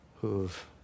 who've